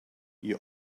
you